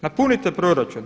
Napunite proračun.